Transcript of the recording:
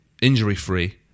injury-free